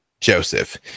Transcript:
Joseph